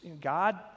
God